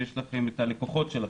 לפי מספר הלקוחות שלכם.